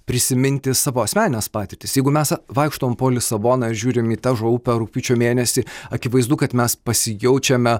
prisiminti savo asmenines patirtis jeigu mes vaikštom po lisaboną ir žiūrim į težo upę rugpjūčio mėnesį akivaizdu kad mes pasijaučiame